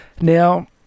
Now